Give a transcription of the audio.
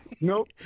Nope